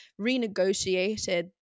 renegotiated